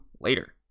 later